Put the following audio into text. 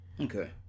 Okay